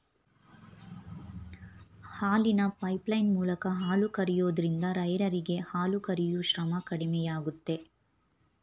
ಹಾಲಿನ ಪೈಪ್ಲೈನ್ ಮೂಲಕ ಹಾಲು ಕರಿಯೋದ್ರಿಂದ ರೈರರಿಗೆ ಹಾಲು ಕರಿಯೂ ಶ್ರಮ ಕಡಿಮೆಯಾಗುತ್ತೆ